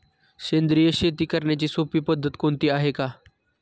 सेंद्रिय शेती करण्याची सोपी पद्धत कोणती आहे का?